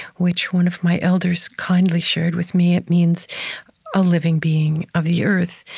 which one of my elders kindly shared with me. it means a living being of the earth.